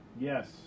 Yes